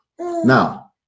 Now